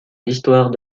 l’histoire